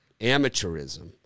amateurism